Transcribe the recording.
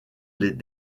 les